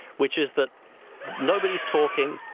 which is that nobody's talking,